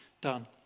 done